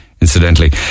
incidentally